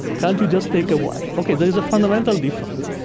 can't you just take a wire? okay, there is a fundamental difference,